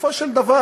בסופו של דבר